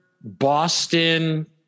boston